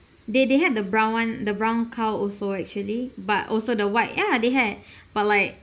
they they had the brown one the brown cow also actually but also the white ya they had but like